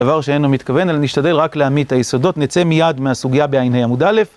דבר שאיננו מתכוון, אלא נשתדל רק להעמיד את היסודות, נצא מיד מהסוגיה בע"ה עמוד א',